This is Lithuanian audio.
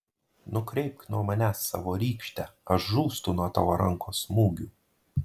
nukreipk nuo manęs savo rykštę aš žūstu nuo tavo rankos smūgių